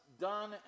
done